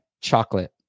chocolate